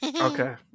Okay